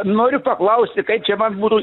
noriu paklausti kaip čia man būtų